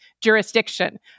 jurisdiction